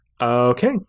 Okay